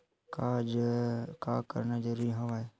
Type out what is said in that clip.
का करना जरूरी हवय?